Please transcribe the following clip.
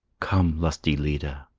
come, lusty lyda,